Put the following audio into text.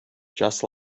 just